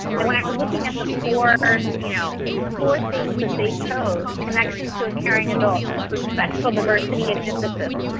and when i was looking at the four you know the four things that they chose, connection to a caring adult, respect for diversity and emphasis,